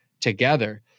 together